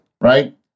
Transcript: Right